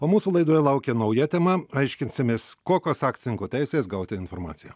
o mūsų laidoje laukia nauja tema aiškinsimės kokios akcininko teisės gauti informaciją